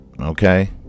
okay